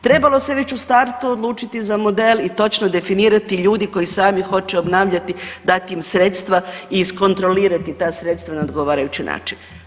Trebalo se već u startu odlučiti za model i točno definirati ljudi koji sami hoće obnavljati dat im sredstva i iskontrolirati ta sredstva na odgovarajući način.